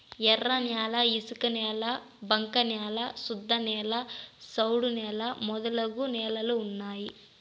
ఎర్రన్యాల ఇసుకనేల బంక న్యాల శుద్ధనేల సౌడు నేల మొదలగు నేలలు ఉన్నాయి